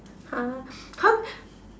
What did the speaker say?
!huh! how